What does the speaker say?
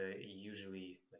usually